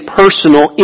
personal